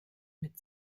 mit